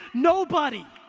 nobody.